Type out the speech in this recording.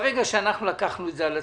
ברגע שאנחנו לקחנו את זה על עצמנו,